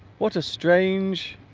what a strange